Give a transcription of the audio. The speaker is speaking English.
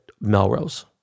Melrose